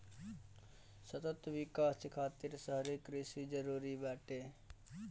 सतत विकास खातिर शहरी कृषि जरूरी बाटे